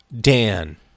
Dan